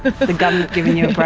but the the government giving you